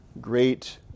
great